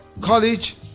college